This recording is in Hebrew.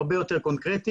הרבה יותר קונקרטיות.